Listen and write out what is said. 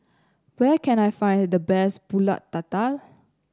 where can I find the best pulut tatal